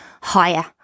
higher